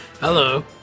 Hello